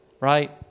right